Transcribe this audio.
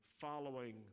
following